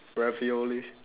ravioli